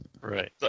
Right